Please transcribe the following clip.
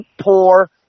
poor